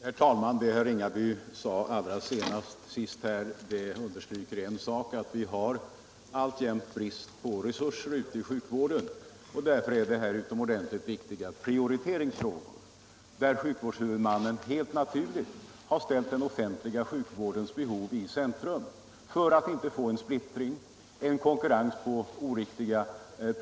Herr talman! Vad herr Ringaby sade senast understryker att vi alltjämt har en brist på resurser i sjukvården, och därför är det utomordentligt viktigt med en prioritering, där sjukvårdshuvudmännen helt naturligt har ställt den offentliga sjukvårdens behov i centrum för att inte få en splittring av sjukvårdsresurserna.